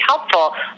helpful